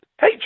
hey